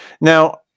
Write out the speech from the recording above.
Now